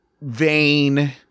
vain